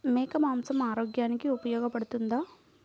మేక మాంసం ఆరోగ్యానికి ఉపయోగపడుతుందా?